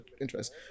interest